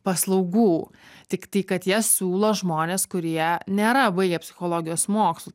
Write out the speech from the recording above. paslaugų tik tai kad jie siūlo žmones kurie nėra baigę psichologijos mokslų